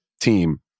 team